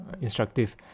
instructive